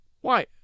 Why